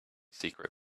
secret